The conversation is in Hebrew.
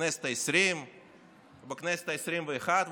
ובכנסת העשרים ובכנסת העשרים-ואחת.